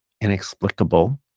inexplicable